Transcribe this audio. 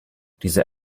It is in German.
dieser